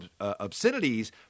obscenities